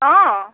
অঁ